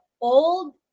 old